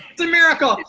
it's a miracle!